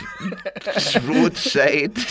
roadside